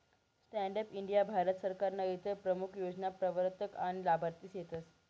stand up India Bharat सरकारनं इतर प्रमूख योजना प्रवरतक आनी लाभार्थी सेतस